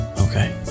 okay